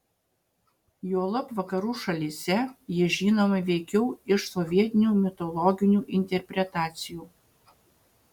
juolab vakarų šalyse ji žinoma veikiau iš sovietinių mitologinių interpretacijų